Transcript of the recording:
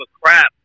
crap